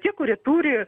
tie kurie turi